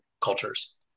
cultures